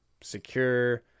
secure